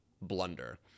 blunder